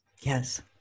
Yes